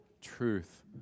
truth